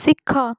ଶିଖ